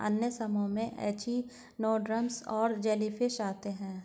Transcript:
अन्य समूहों में एचिनोडर्म्स और जेलीफ़िश आते है